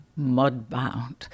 Mudbound